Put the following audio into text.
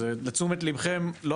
יש לנו